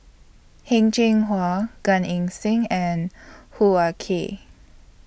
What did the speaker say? Heng Cheng Hwa Gan Eng Seng and Hoo Ah Kay